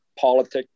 politics